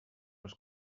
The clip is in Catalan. els